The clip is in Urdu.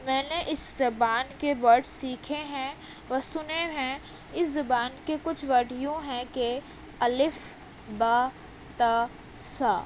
میں نے اس زبان کے ورڈس سیکھے ہیں و سنے ہیں اس زبان کے کچھ ورڈ یوں ہیں کہ الف با تا ثا